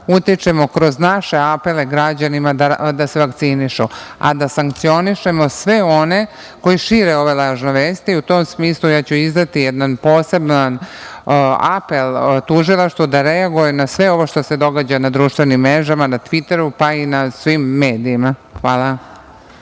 utičemo kroz naše apele građanima da se vakcinišu, a da sankcionišemo sve one koji šire ove lažne vesti.U tom smislu ja ću izdati jedan poseban apel tužilaštvu da reaguje na sve ovo što se događa na društvenim mrežama, na „tviteru“, pa i na svim medijima. Hvala.